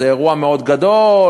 זה אירוע מאוד גדול.